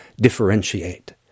differentiate